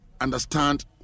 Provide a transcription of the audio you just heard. understand